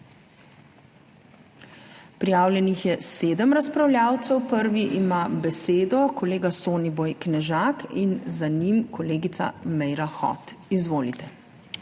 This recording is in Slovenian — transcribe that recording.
Prijavljenih je sedem razpravljavcev. Prvi ima besedo kolega Soniboj Knežak in za njim kolegica Meira Hot. Izvolite.